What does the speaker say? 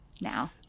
now